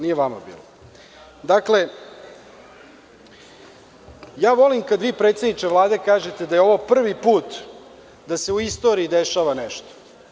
Dakle, ja volim kad vi, predsedniče Vlade, kažete da je ovo prvi put da se u istoriji dešava nešto.